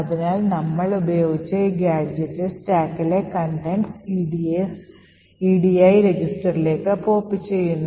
അതിനാൽ നമ്മൾ ഉപയോഗിച്ച ഈ ഗാഡ്ജെറ്റ് സ്റ്റാക്കിലെ contents edi രജിസ്റ്ററിലേക്ക് pop ചെയ്യുന്നു